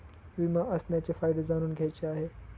विमा असण्याचे फायदे जाणून घ्यायचे आहे